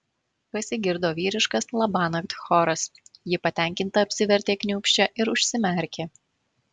pasigirdo vyriškas labanakt choras ji patenkinta apsivertė kniūbsčia ir užsimerkė